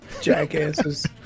jackasses